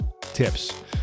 tips